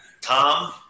Tom